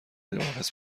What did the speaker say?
دلواپس